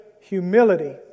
humility